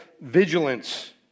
vigilance